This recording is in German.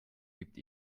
gibt